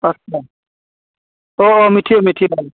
आच्चा औ औ मिथियो मिथियो